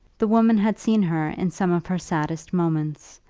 the woman had seen her in some of her saddest moments,